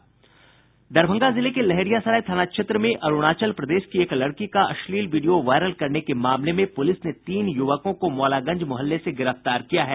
दरभंगा जिले के लहेरियासराय थाना क्षेत्र में अरूणाचल प्रदेश की एक लड़की का अश्लील वीडियो वायरल करने के मामले में पुलिस ने तीन युवकों को मौलागंज मुहल्ले से गिरफ्तार किया है